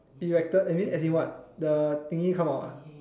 erected I mean as in what the thingy come out ah